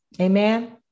Amen